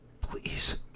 Please